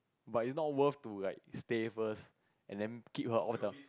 but it's not worth to like stay first and then keep her off the